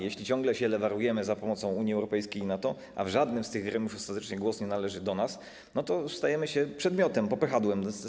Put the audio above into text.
Jeśli ciągle się lewarujemy za pomocą Unii Europejskiej i NATO, a w żadnym z tych gremiów ostatecznie głos nie należy do nas, to stajemy się przedmiotem, popychadłem.